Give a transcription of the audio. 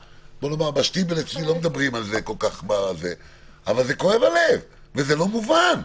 אצלי בשטיבל לא מדברים על זה אבל כואב הלב וזה לא מובן.